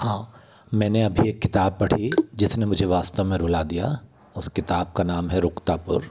हाँ मैंने अभी एक किताब पढ़ी जिसने मुझे वास्तव मे रुला दिया उस किताब का नाम है रुकतापुर